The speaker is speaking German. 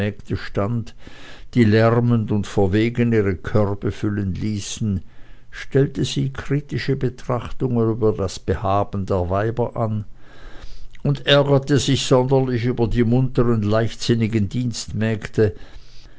stand die lärmend und verwegen ihre körbe füllen ließen stellte sie kritische betrachtungen über das behaben der weiber an und ärgerte sich sonderlich über die munteren leichtsinnigen dienstmägde